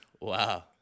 Wow